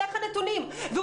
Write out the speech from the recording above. את